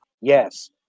yes